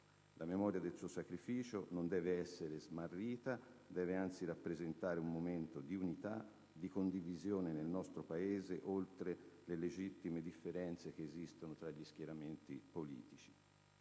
La memoria del suo sacrificio non deve essere smarrita. Deve, anzi, rappresentare un momento di unità, di condivisione nel nostro Paese, oltre le legittime differenze che esistono fra gli schieramenti politici.